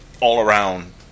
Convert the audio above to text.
all-around